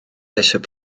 eisiau